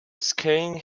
scaring